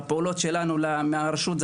הפעולות שלנו מהרשות,